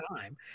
time